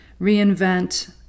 reinvent